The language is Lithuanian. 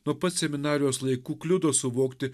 nuo pat seminarijos laikų kliudo suvokti